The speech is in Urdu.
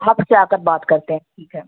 آپ سے آ کر بات کرتے ہیں ٹھیک ہے